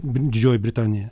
didžioji britanija